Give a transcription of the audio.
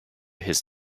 his